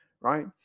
right